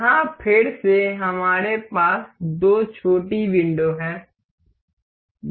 यहाँ फिर से हमारे पास दो छोटी विंडो हैं